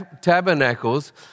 Tabernacles